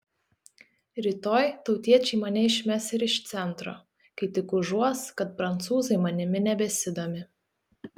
rytoj tautiečiai mane išmes ir iš centro kai tik užuos kad prancūzai manimi nebesidomi